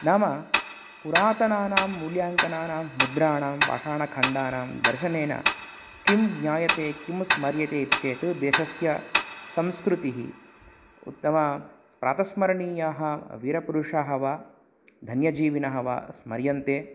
नाम पुरातनानां मूल्याङ्कनानां मुद्राणां पाषाणखण्डानां दर्शनेन किं ज्ञायते किं स्मर्यते इति चेत् देशस्य संस्कृतिः उत्तमाः प्रातस्मरणीयाः वीरपुरुषाः वा धन्यजीविनः वा स्मर्यन्ते